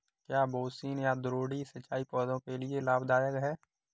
क्या बेसिन या द्रोणी सिंचाई पौधों के लिए लाभदायक है?